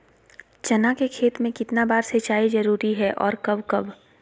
चना के खेत में कितना बार सिंचाई जरुरी है और कब कब?